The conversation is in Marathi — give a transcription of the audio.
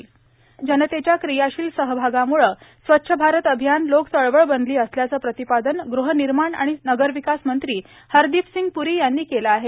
स्वच्छ भारत अभियान जनतेच्या क्रियाशील सहभागामूळं स्वच्छ भारत अभियान लोक चळवळ बनली असल्याचं प्रतिपादन गृहनिर्माण आणि नगरविकास मंत्री हरदीपसिंग प्री यांनी केलं आहे